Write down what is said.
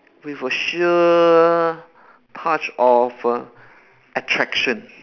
with a sheer touch of err attraction